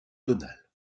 tonale